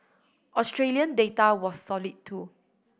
Australian data was solid too